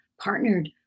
partnered